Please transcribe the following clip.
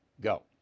Go